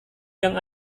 yang